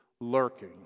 lurking